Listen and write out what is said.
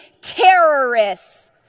terrorists